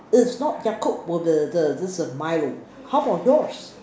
it is not Yakult will the the this err Milo how about yours